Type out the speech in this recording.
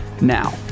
Now